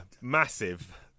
Massive